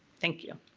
thank you.